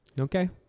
Okay